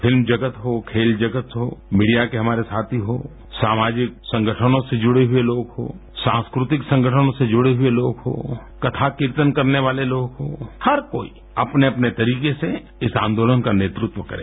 film जगत हो खेल जगत हो मीडिया के हमारे साथी हो सामाजिक संगठनों से जुड़े हए लोग हों सांस्कृतिक संगठनों से जुड़े हए लोग हों कथा कीर्तन करने वाले लोग हों हर कोई अपने अपने तरीके से इस आंदोलन का नेतृत्व करें